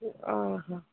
ଓଃହ